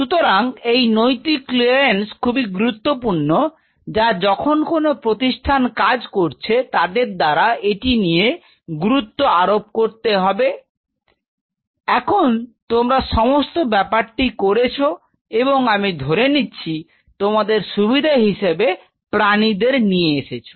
সুতরাং এই নৈতিক ক্লিয়ারেন্স খুবই গুরুত্বপূর্ণ যা যখন কোন প্রতিষ্ঠান কাজ করছে তাদের দ্বারা এটি নিয়ে গুরুত্ব আরোপ করতে হবে এখন তোমরা সমস্ত ব্যাপারগুলি করেছ এবং আমি ধরে নিচ্ছি তোমাদের সুবিধা হিসেবে প্রাণীদের নিয়ে এসেছো